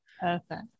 Perfect